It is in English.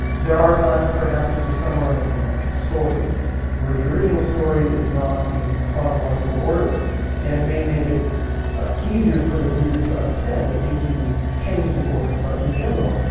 there are times perhaps if you're summarizing a ah story where the original story is not in chronological order, and it may make it easier for the reader to understand it if you change the order but in general,